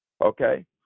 okay